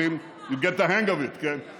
מה